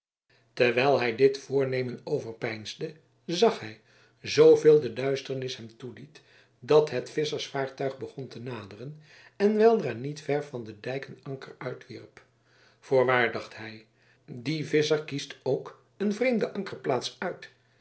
terwijl hij dit voornemen overpeinsde zag hij zooveel de duisternis hem zulks toeliet dat het visschersvaartuig begon te naderen en weldra niet ver van den dijk een ankertje uitwierp voorwaar dacht hij die visscher kiest ook een vreemde ankerplaats uit